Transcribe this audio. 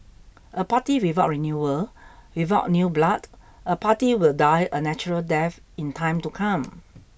a party without renewal without new blood a party will die a natural death in time to come